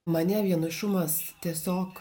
mane vienišumas tiesiog